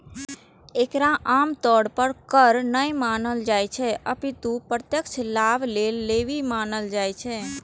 एकरा आम तौर पर कर नै मानल जाइ छै, अपितु प्रत्यक्ष लाभक लेल लेवी मानल जाइ छै